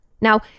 Now